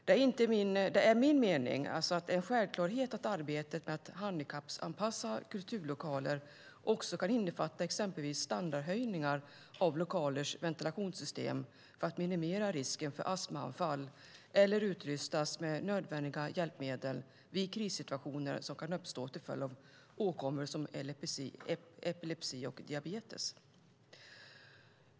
Det är enligt min mening en självklarhet att arbetet med att handikappanpassa kulturlokaler också kan innefatta exempelvis standardhöjningar av ventilationssystem för att minimera risken för astmaanfall eller ett utrustande med nödvändiga hjälpmedel för krissituationer som kan uppstå till följd av åkommor som epilepsi och diabetes.